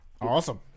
Awesome